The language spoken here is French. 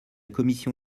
commission